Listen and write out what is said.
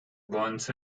barnes